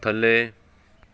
ਥੱਲੇ